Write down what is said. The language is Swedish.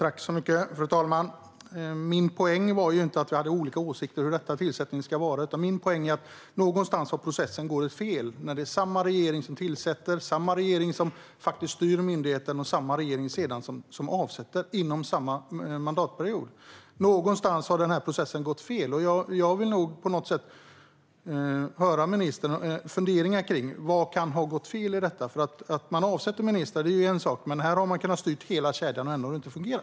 Fru talman! Min poäng var inte att vi hade olika åsikter om hur tillsättningen ska vara, utan min poäng var att processen någonstans har gått fel när det är samma regering som tillsätter, som styr myndigheten och som sedan avsätter inom en mandatperiod. Någonstans har processen gått fel. Jag vill nog på något sätt höra ministerns funderingar kring vad som kan ha gått fel i detta. Att man avsätter är en sak, men här har man kunnat styra hela kedjan, och ändå har det inte fungerat.